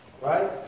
right